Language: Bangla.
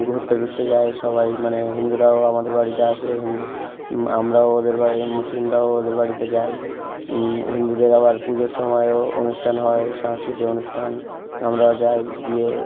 ঘুরতে টুরতে যায় সবাই মানে হিন্দুরাও আমাদের বাড়িতে আসে হিন্দু আমরাও ওদের বাড়ি মুসলিমরাও ওদের বাড়িতে যায় হিন্দুদের আবার পুজোর সময়ও অনুষ্ঠান হয় সাংস্কৃতিক অনুষ্ঠান আমরা যাই গিয়ে